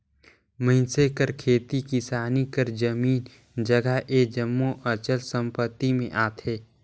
मइनसे कर खेती किसानी कर जमीन जगहा ए जम्मो अचल संपत्ति में आथे